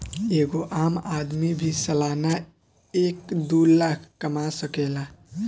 एगो आम आदमी भी सालाना एक दू लाख कमा सकेला